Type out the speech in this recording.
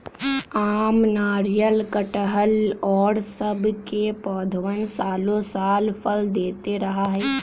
आम, नारियल, कटहल और सब के पौधवन सालो साल फल देते रहा हई